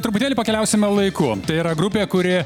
truputėlį pakeliausime laiku tai yra grupė kuri